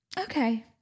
Okay